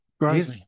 right